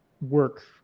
work